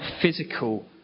physical